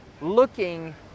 looking